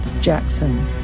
Jackson